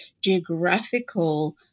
geographical